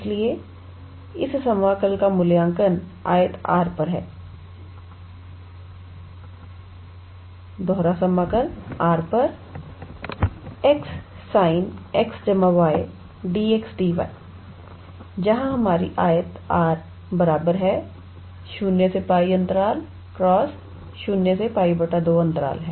इसलिए इस समाकल का मूल्यांकन आयत R पर है R 𝑥 sin𝑥 𝑦𝑑𝑥𝑑𝑦 जहां हमारी आयत 𝑅 0 𝜋 × 0 𝜋 2 है